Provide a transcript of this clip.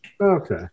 Okay